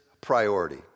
priority